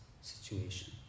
situation